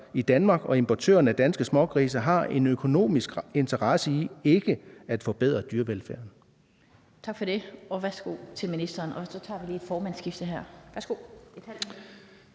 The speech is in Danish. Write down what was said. i Danmark og importørerne af danske smågrise har en økonomisk interesse i ikke at forbedre dyrevelfærden?